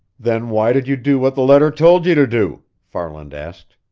then why did you do what the letter told you to do? farland asked.